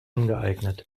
ungeeignet